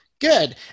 Good